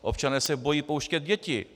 Občané se bojí pouštět děti.